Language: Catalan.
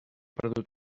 perdut